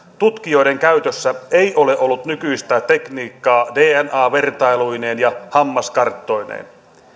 tutkijoiden käytössä ei ole ollut nykyistä tekniikkaa dna vertailuineen ja hammaskarttoineen